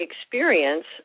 experience